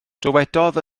dywedodd